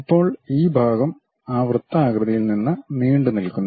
ഇപ്പോൾ ഈ ഭാഗം ആ വൃത്താകൃതിയിൽ നിന്ന് നീണ്ടുനിൽക്കുന്നു